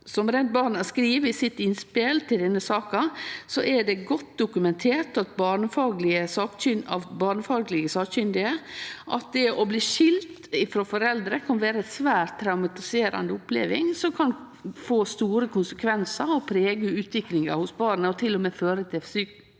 Som Redd Barna skriv i sitt innspel til denne saka, er det godt dokumentert av barnefaglege sakkunnige at det å bli skilt frå foreldra kan vere ei svært traumatisk oppleving som kan få store konsekvensar, prege utviklinga til barnet og føre til psykiske